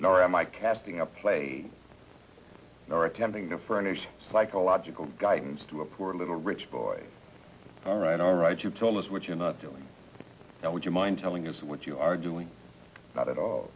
nor am i casting a play are attempting to furnish psychological guidance to a poor little rich boy all right all right you tell us what you're not doing now would you mind telling us what you are doing not at all